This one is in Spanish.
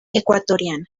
ecuatoriana